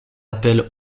appel